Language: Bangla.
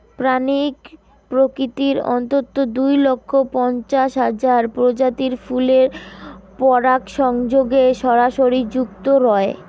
প্রাণী প্রকৃতির অন্ততঃ দুই লক্ষ পঞ্চাশ হাজার প্রজাতির ফুলের পরাগসংযোগে সরাসরি যুক্ত রয়